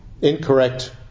incorrect